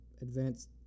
advanced